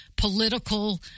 political